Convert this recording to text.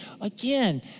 Again